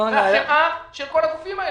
זה הלחם והחמאה של כל הגופים האלה.